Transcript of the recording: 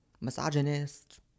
misogynist